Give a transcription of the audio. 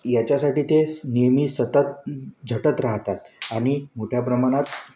याच्यासाठी तेच् नेहमी सतत झटत राहतात आणि मोठ्या प्रमाणात